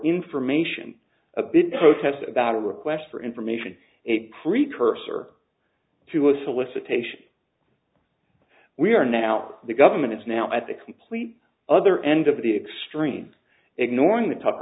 information a big protest about a request for information a precursor to a solicitation we are now the government is now at the complete other end of the extreme ignoring the t